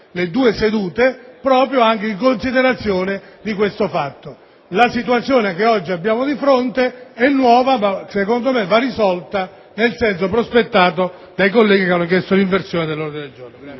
tenute separate proprio in considerazione di ciò. La situazione che oggi abbiamo di fronte è nuova, ma secondo me va risolta nel senso prospettato dai colleghi che hanno chiesto l'inversione dell'ordine del giorno.